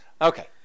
Okay